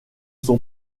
son